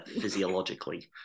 physiologically